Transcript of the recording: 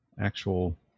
actual